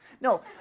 No